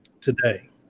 today